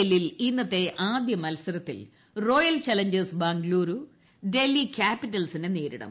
എല്ലിൽ ഇന്നത്തെ ആദ്യമത്സരത്തിൽ റോയൽ ചലഞ്ചേഴ്സ് ബംഗ്ളൂരു ഡൽഹി ക്യാപിറ്റൽസിനെ നേരിടും